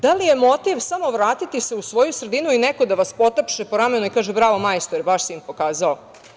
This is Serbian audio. Da li je motiv samo vratiti se u svoju sredinu i neko da vas potapše po ramenu i kaže – bravo majstore, baš si im pokazao.